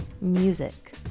Music